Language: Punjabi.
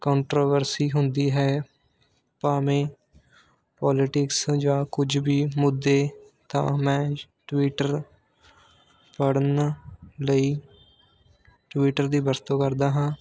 ਕੰਟਰੋਵਰਸੀ ਹੁੰਦੀ ਹੈ ਭਾਵੇਂ ਪੋਲੀਟਿਕਸ ਜਾਂ ਕੁਝ ਵੀ ਮੁੱਦੇ ਤਾਂ ਮੈਂ ਟਵਿੱਟਰ ਪੜ੍ਹਨ ਲਈ ਟਵਿੱਟਰ ਦੀ ਵਰਤੋਂ ਕਰਦਾ ਹਾਂ